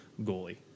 goalie